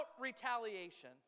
retaliation